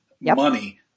money